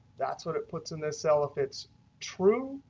that's what it puts in this cell if it's true,